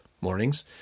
mornings